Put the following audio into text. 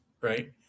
right